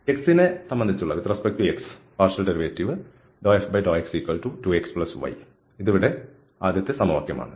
x നെ സംബന്ധിച്ചുള്ള ഭാഗിക ഡെറിവേറ്റീവ് ∂f∂x2xy ഇത് ഇവിടെ ആദ്യത്തെ സമവാക്യമാണ്